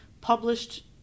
published